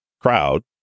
crowd